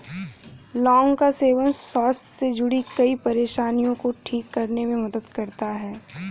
लौंग का सेवन स्वास्थ्य से जुड़ीं कई परेशानियों को ठीक करने में मदद करता है